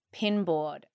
pinboard